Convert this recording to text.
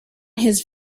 his